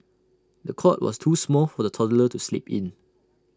the cot was too small for the toddler to sleep in